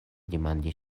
demandi